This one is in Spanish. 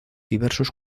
diversos